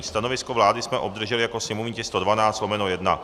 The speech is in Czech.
Stanovisko vlády jsme obdrželi jako sněmovní tisk 112/1.